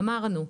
אמרנו: